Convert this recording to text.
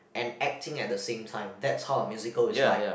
and acting at the same time that's how a musical is like